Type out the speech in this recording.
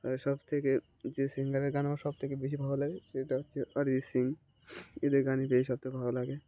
আর সবথেকে যে সিঙ্গারের গান আমার সবথেকে বেশি ভালো লাগে সেটা হচ্ছে অরিজিৎ সিং এদের গানই সবথেকে বেশি ভালো লাগে